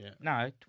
No